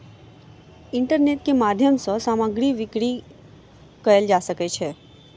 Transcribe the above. internet के माध्यम सॅ सामग्री बिक्री कयल जा सकै छै